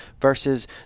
versus